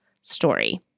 story